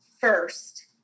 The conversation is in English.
first